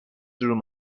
through